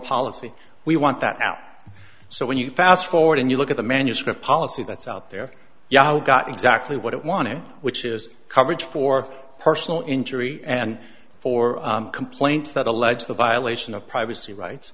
policy we want that out so when you fast forward and you look at the manuscript policy that's out there ya got exactly what it wanted which is coverage for personal injury and for complaints that allege the violation of privacy rights